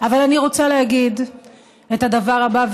אבל אני רוצה להגיד את הדבר הבא,